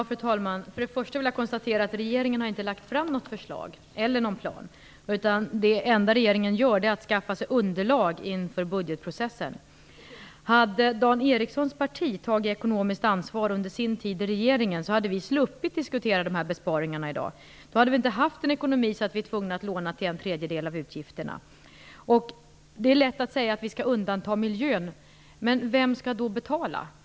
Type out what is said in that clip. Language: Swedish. Fru talman! Jag vill först konstatera att regeringen inte har lagt fram något förslag eller någon plan. Det enda regeringen gör är att den skaffar sig underlag inför budgetprocessen Hade Dan Ericssons parti tagit ekonomiskt ansvar under sin tid i regeringen hade vi sluppit diskutera dessa besparingar i dag. Då hade vi inte haft en ekonomi som gör att vi är tvungna att låna till en tredjedel av utgifterna. Det är lätt att säga att vi skall undanta miljön, men vem skall då betala?